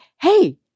hey